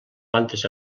plantes